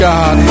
God